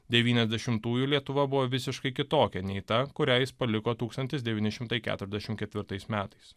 devyniasdešimtųjų lietuva buvo visiškai kitokia nei ta kurią jis paliko tūkstantis devyni šimtai keturiasdešim ketvirtais metais